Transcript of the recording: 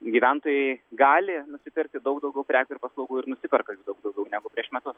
gyventojai gali nusipirkti daug daugiau prekių ir paslaugų ir nusiperka jų daug daugiau negu prieš metus